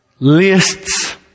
Lists